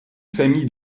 famille